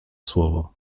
słowo